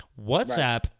WhatsApp